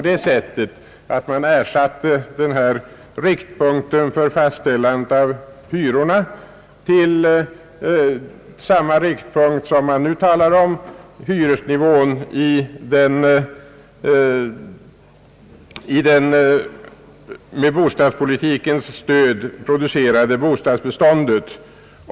Det skulle ske genom att den gällande riktpunkten för hyrorna i äldre hus, 1942 års hyror, ersattes av den riktpunkt som det nu talas om, hyresnivån i det med bostadspolitikens stöd producerade bostadsbeståndet.